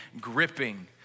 gripping